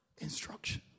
instruction